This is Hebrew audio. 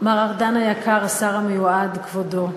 מר ארדן היקר, השר המיועד, כבודו,